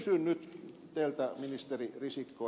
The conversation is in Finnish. kysyn nyt teiltä ministeri risikko